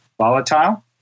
Volatile